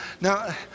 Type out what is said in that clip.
Now